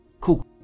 cool